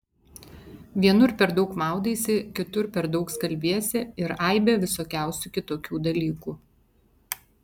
vienur per daug maudaisi kitur per daug skalbiesi ir aibę visokiausių kitokių dalykų